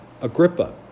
Agrippa